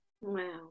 Wow